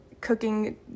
cooking